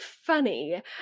funny